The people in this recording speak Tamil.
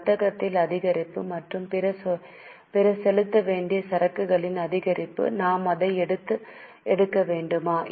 வர்த்தகத்தில் அதிகரிப்பு மற்றும் பிற செலுத்த வேண்டிய சரக்குகளின் அதிகரிப்பு நாம் அதை எடுக்க வேண்டுமா